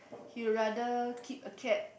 he will rather keep a cat